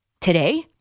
Today